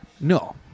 No